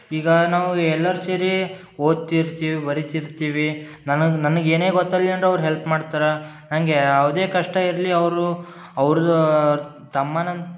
ಈಗ ನಾವು ಎಲ್ಲಾರು ಸೇರಿ ಓದ್ತಿರ್ತೀವಿ ಬರಿತಿರ್ತೀವಿ ನನಗೆ ನನಗೆ ಏನೇ ಗೊತ್ತಲ್ಲಿ ಅಂದ್ರೆ ಅವ್ರು ಹೆಲ್ಪ್ ಮಾಡ್ತಾರೆ ನಂಗೆ ಯಾವುದೇ ಕಷ್ಟ ಇರಲಿ ಅವರು ಅವರ ತಮ್ಮನ್